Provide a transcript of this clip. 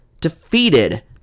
defeated